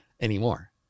anymore